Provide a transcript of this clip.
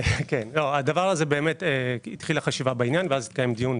- התחילה חשיבה בעניין והתקיים דיון.